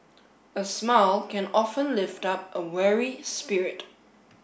a smile can often lift up a weary spirit